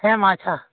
ᱦᱮᱸ ᱢᱟ ᱟᱪᱪᱷᱟ